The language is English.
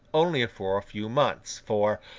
only for a few months for,